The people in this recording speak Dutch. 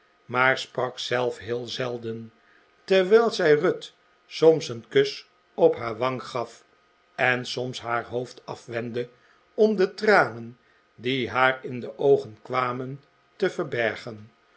maar sprak zelf heel zelden terwijl zij ruth soms een kus op haar wang gaf en soms haar hoofd afwendde om de tranen die haar in de oogen kwaraen te verbergen